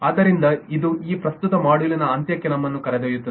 ಆದ್ದರಿಂದ ಇದು ಈ ಪ್ರಸ್ತುತ ಮಾಡ್ಯೂಲಿನ ಅಂತ್ಯಕ್ಕೆ ನಮ್ಮನ್ನು ಕರೆದೊಯ್ಯುತ್ತದೆ